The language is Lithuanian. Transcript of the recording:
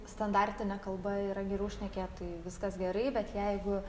standartine kalba yra geriau šnekėt tai viskas gerai bet jeigu